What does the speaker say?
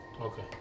Okay